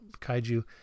kaiju